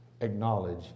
acknowledge